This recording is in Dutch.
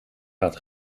gaat